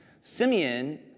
Simeon